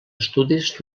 estudis